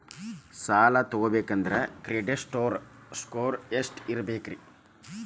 ಸಾಲ ತಗೋಬೇಕಂದ್ರ credit score ಎಷ್ಟ ಇರಬೇಕ್ರಿ?